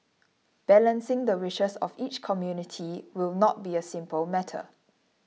balancing the wishes of each community will not be a simple matter